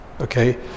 okay